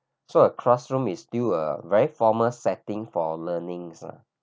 so a classroom is still a very formal setting for learning lah